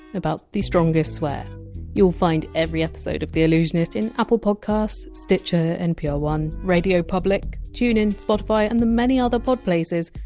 about the strongest swear you! ll find every episode of the allusionist in apple podcasts, stitcher, npr one, radiopublic, tunein, spotify, and the many other pod-places,